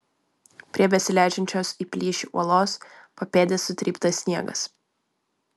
prie besileidžiančios į plyšį uolos papėdės sutryptas sniegas